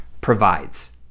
provides